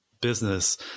business